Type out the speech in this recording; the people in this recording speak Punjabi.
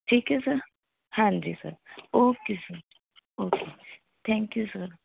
ਠੀਕ ਹੈ ਸਰ ਹਾਂਜੀ sir okay sir okay thank you sir